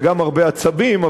וגם הרבה עצבים,